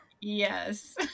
Yes